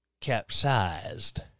capsized